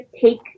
take